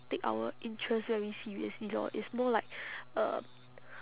take our interests very seriously lor it's more like uh